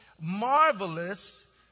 marvelous